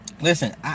Listen